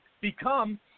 become